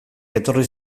etorri